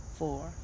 four